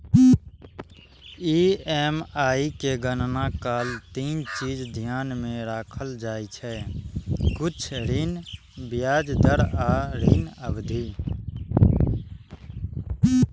EMI के गणना काल तीन चीज ध्यान मे राखल जाइ छै, कुल ऋण, ब्याज दर आ ऋण अवधि